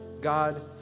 God